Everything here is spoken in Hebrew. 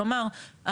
כלומר,